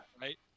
Right